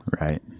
Right